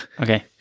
Okay